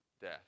death